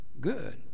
good